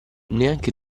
neanche